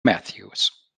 matthews